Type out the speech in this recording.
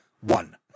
one